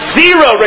zero